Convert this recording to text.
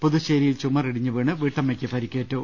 പുതുശ്ശേരി യിൽ ചുമർ ഇടിഞ്ഞു വീണ് വീട്ടമ്മയ്ക്ക് പരിക്കേറ്റു